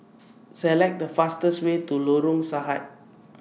Select The fastest Way to Lorong Sahad